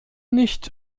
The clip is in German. nicht